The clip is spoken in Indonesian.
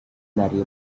dari